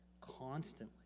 constantly